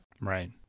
Right